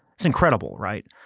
it's incredible, right?